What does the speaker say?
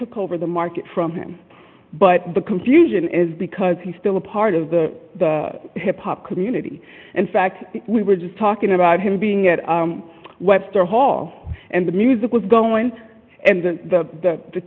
took over the market from him but the confusion is because he's still a part of the hip hop community in fact we were just talking about him being at webster hall and the music was going and the t